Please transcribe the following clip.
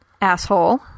Asshole